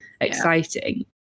exciting